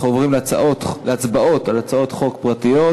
אנחנו עוברים להצבעות על הצעות חוק פרטיות.